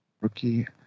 rookie